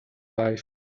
life